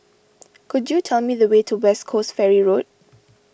could you tell me the way to West Coast Ferry Road